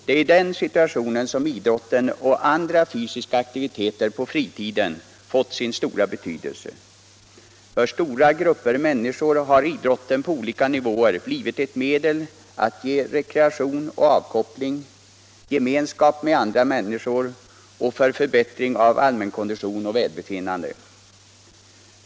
Det är i den situationen som idrotten och andra fysiska aktiviteter på fritiden har fått sin stora betydelse. För stora grupper människor har idrotten på olika nivåer blivit ett medel att ge rekreation och avkoppling, gemenskap med andra människor och förbättring av allmänkondition och välbefinnande.